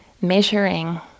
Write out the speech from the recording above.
measuring